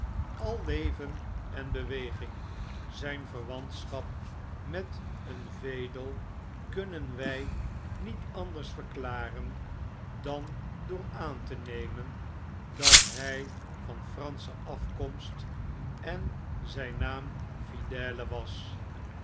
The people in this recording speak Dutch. al leven en bewesing zyn verwantschap met een vedel kunnen wy niet anders verklaren dan door aan te nemen dat by van fransche afkomst en zyn naam f